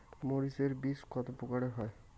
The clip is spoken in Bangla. মরিচ এর বীজ কতো প্রকারের হয়?